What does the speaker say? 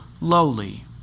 lowly